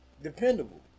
Dependable